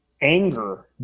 anger